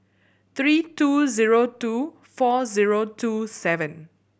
three two zero two four zero two seven